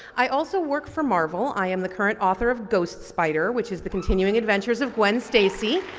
i also work for marvel. i am the current author of ghost spider, which is the continuing adventures of gwen stacy,